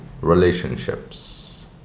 relationships